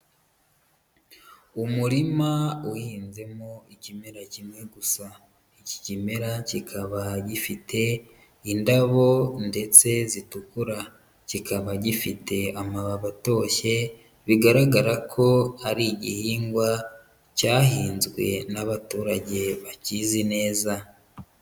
Umurima uhinzemo ikimera kimwe gusa. Iki kimera kikaba gifite indabo ndetse zitukura. Kikaba gifite amababi atoshye, bigaragara ko ari igihingwa cyahinzwe n'abaturage bakizi neza.